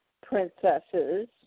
princesses